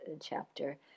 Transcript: chapter